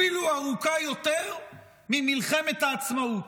אפילו ארוכה יותר ממלחמת העצמאות,